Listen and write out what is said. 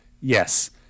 Yes